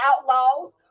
outlaws